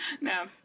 No